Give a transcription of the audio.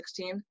2016